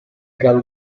calo